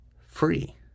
free